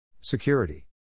Security